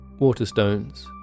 Waterstones